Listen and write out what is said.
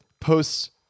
posts